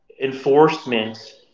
enforcement